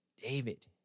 David